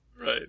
Right